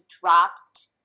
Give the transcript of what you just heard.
dropped